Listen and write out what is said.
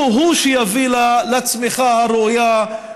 הוא-הוא שיביא לצמיחה הראויה,